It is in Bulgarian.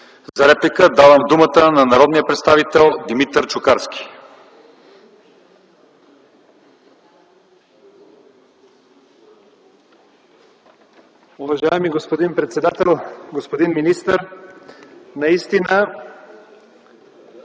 За реплика давам думата на народния представител Димитър Чукарски.